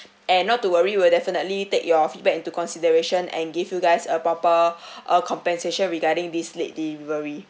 and not to worry we'll definitely take your feedback into consideration and give you guys a proper uh compensation regarding this late delivery